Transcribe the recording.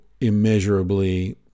immeasurably